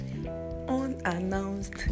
unannounced